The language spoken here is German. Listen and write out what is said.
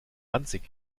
ranzig